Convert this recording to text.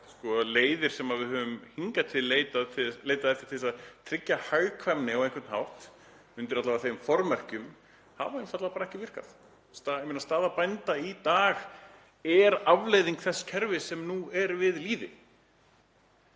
leiðir sem við höfum hingað til leitað til að tryggja hagkvæmni á einhvern hátt, undir alla vega þeim formerkjum, hafa einfaldlega ekki virkað. Staða bænda í dag er afleiðing þess kerfis sem nú er við lýði.